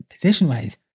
position-wise